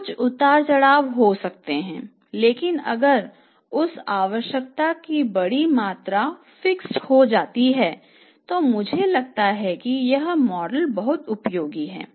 कुछ उतार चढ़ाव हो सकते हैं लेकिन अगर उस आवश्यकता की बड़ी मात्रा फिक्स्ड हो जाती है तो मुझे लगता है कि यह मॉडल बहुत उपयोगी है